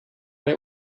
der